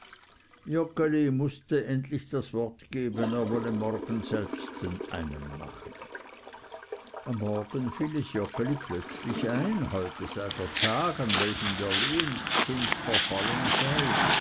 mußte endlich das wort geben er wolle morgen selbsten einen machen am morgen fiel es joggeli plötzlich ein heute sei der tag an welchem der lehenzins verfallen sei